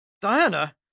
Diana